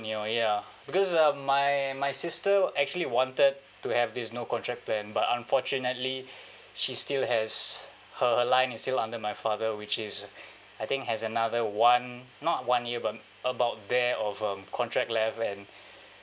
you know ya because um my my sister actually wanted to have these no contract plan but unfortunately she still has her line is still under my father which is I think has another one not one year but about there of a contract left and